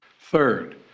Third